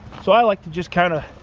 so i like to just kind of